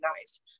nice